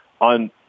on